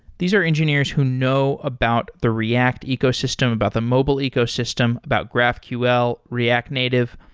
these are engineers who know about the react ecosystem, about the mobile ecosystem, about graphql, react native.